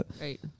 Right